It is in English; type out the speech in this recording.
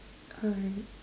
alright